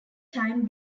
time